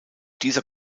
dieser